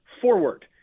forward